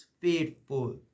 faithful